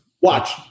Watch